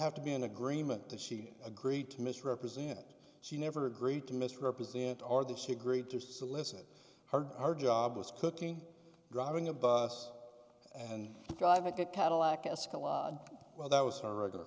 have to be an agreement that she agreed to misrepresent she never agreed to misrepresent or that she agreed to solicit her our job was cooking driving a bus and drive a cadillac escalade well that was her regular